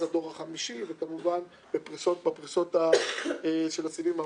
לדור החמישי וכמובן בפריסות של הסיבים האופטיים.